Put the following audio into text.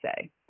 say